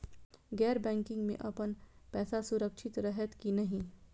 गैर बैकिंग में अपन पैसा सुरक्षित रहैत कि नहिं?